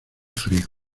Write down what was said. frío